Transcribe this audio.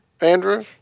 Andrew